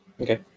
Okay